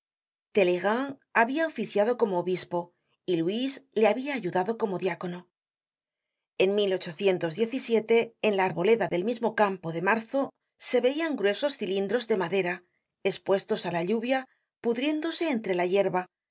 marzo talleyrand habia oficiado como obispo y luis le habia ayudado como diácono en en la arboleda del mismo campo de marzo se veian gruesos cilindros de madera espuestos á la lluvia pudriéndose entre la yerba